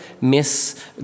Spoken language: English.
miss